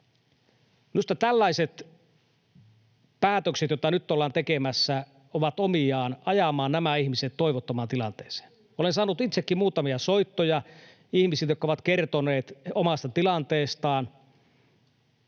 Minusta tällaiset päätökset, joita nyt ollaan tekemässä, ovat omiaan ajamaan nämä ihmiset toivottomaan tilanteeseen. [Vasemmalta: Kyllä!] Olen saanut itsekin muutamia soittoja ihmisiltä, jotka ovat kertoneet omasta tilanteestaan.